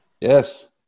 Yes